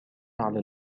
على